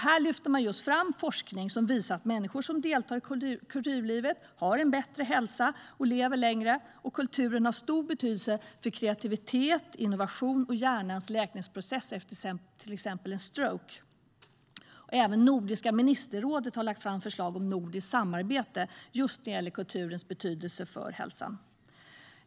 Här lyfter man fram forskning som visar att människor som deltar i kulturlivet har bättre hälsa och lever längre. Kulturen har stor betydelse för kreativitet och innovation samt för hjärnans läkningsprocesser efter till exempel en stroke. Nordiska ministerrådet har lagt fram förslag om nordiskt samarbete när det gäller kulturens betydelse för hälsan.